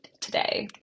today